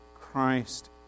Christ